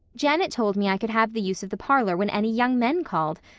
janet told me i could have the use of the parlor when any young men called!